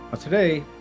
today